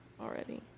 already